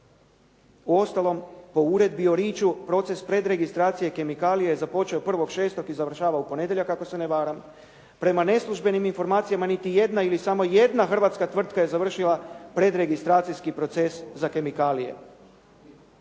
Uostalom po Uredbi o Richu proces predregistracije kemikalije je započeo 1.6. i završava u ponedjeljak ako se ne varam. Prema neslužbenim informacijama niti jedna ili samo jedna hrvatska tvrtka je završila predregistracijski proces za kemikalije.